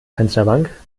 fensterbank